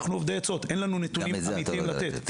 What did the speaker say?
אנחנו אובדי עצות, אין לנו נתונים אמיתיים לתת.